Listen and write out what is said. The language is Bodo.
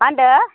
मा होन्दो